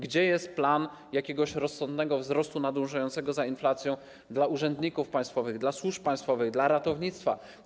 Gdzie jest plan jakiegoś rozsądnego wzrostu wynagrodzeń nadążającego za inflacją dla urzędników państwowych, dla służb państwowych, dla ratownictwa?